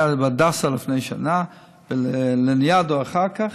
זה היה בהדסה לפני שנה ובלניאדו אחר כך.